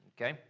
Okay